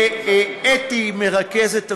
לאתי, מרכזת הוועדה,